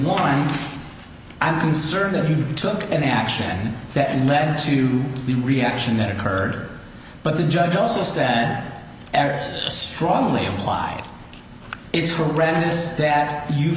and i'm concerned that he took an action that led to the reaction that occurred but the judge also said that erik strongly implied it's horrendous that you